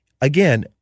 Again